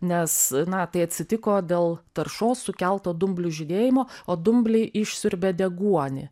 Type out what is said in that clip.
nes na tai atsitiko dėl taršos sukelto dumblių žydėjimo o dumbliai išsiurbia deguonį